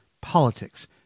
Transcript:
Politics